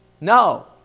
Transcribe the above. no